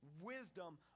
wisdom